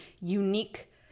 unique